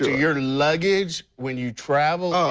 your luggage when you travel, ah